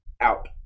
out